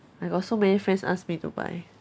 I got so many friends ask me to buy